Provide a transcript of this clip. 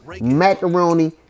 Macaroni